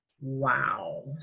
wow